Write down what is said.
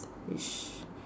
which